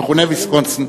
המכונה ויסקונסין,